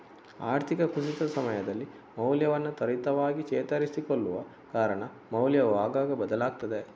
ಆರ್ಥಿಕ ಕುಸಿತದ ಸಮಯದಲ್ಲಿ ಮೌಲ್ಯವನ್ನ ತ್ವರಿತವಾಗಿ ಚೇತರಿಸಿಕೊಳ್ಳುವ ಕಾರಣ ಮೌಲ್ಯವು ಆಗಾಗ ಬದಲಾಗ್ತದೆ